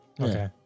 Okay